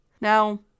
Now